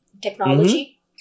technology